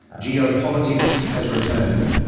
geopolitics has returned.